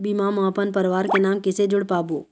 बीमा म अपन परवार के नाम किसे जोड़ पाबो?